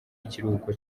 ikiruhuko